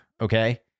okay